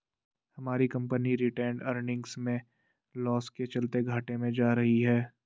हमारी company retained earnings में loss के चलते घाटे में जा रही है